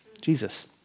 Jesus